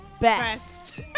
best